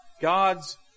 God's